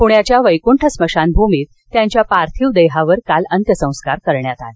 पुण्याच्या वक्कि स्मशानभूमीत त्यांच्या पार्थिव देहावर अंत्यसंस्कार करण्यात आले